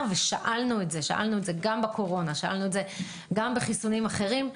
ושאלנו את זה גם בקורונה וגם בחיסונים אחרים,